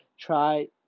try